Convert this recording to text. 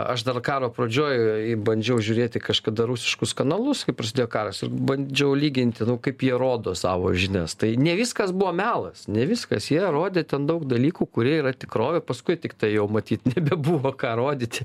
aš dar karo pradžioj bandžiau žiūrėti kažkada rusiškus kanalus kai prasidėjo karas ir bandžiau lyginti nu kaip jie rodo savo žinias tai ne viskas buvo melas ne viskas jie rodė ten daug dalykų kurie yra tikrovė paskui tiktai jau matyt nebebuvo ką rodyti